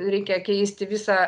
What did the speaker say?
reikia keisti visą